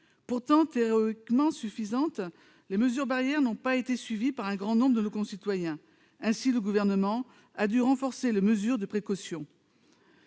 pourtant théoriquement suffisantes, n'ont pas été suivies par un grand nombre de nos concitoyens. Aussi le Gouvernement a-t-il dû renforcer les mesures de précaution.